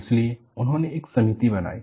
इसलिए उन्होंने एक समिति बनाई